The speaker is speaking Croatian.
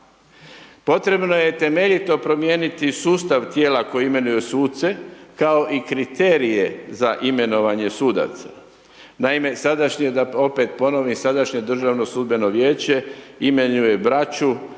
Potrebno je temeljito promijenit sustav tijela koji imenuju suce kao i kriterije za imenovanje sudaca. Naime, sadašnje, da opet ponovim, sadašnje Državno sudbeno vijeće, imenuje braću